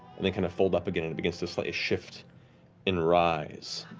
then kind of fold up again. it begins to slightly shift and rise,